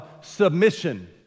submission